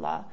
law